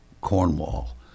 Cornwall